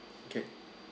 okay